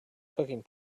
cooking